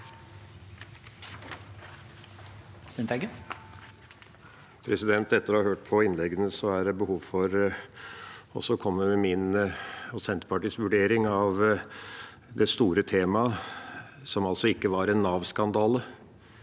Etter å ha hørt på innleggene er det behov for å komme med min og Senterpartiets vurdering av det store temaet, som altså ikke var en Nav-skandale.